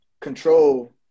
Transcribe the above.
control